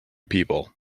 people